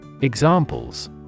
Examples